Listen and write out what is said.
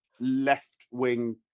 left-wing